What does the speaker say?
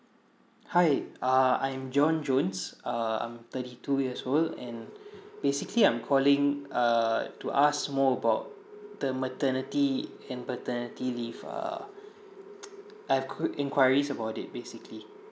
hi uh I'm john jones uh I'm thirty two years old and basically I'm calling err to ask more about the maternity and paternity leave ah I've qu~ inquiries about it basically